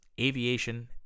aviation